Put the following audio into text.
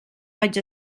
vaig